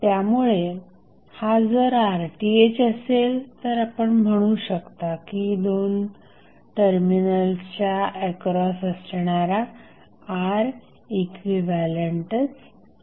त्यामुळे हा जर RThअसेल तर आपण म्हणू शकता की तो दोन टर्मिनलच्या एक्रॉस असणारा Reqच आहे